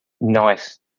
nice